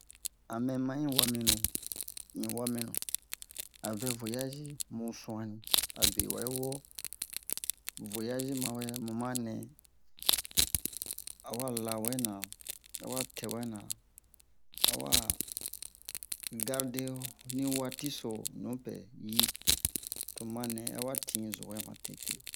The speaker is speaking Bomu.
amɛ ma un waminu un waminu a vɛ voyage mu su'anni abe wayi wo voyage mawe manɛ awa laa wena awa tɛ wɛ na awa garder nin waati so nupɛ yi to mu manɛ tin zowɛ matete